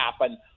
happen